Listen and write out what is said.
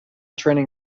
training